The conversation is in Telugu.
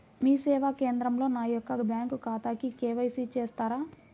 మీ సేవా కేంద్రంలో నా యొక్క బ్యాంకు ఖాతాకి కే.వై.సి చేస్తారా?